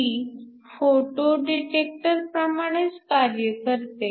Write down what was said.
ती फोटोडिटेक्टर प्रमाणेच कार्य करते